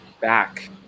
back